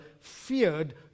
feared